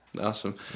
awesome